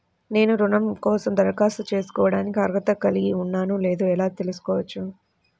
నేను రుణం కోసం దరఖాస్తు చేసుకోవడానికి అర్హత కలిగి ఉన్నానో లేదో ఎలా తెలుసుకోవచ్చు?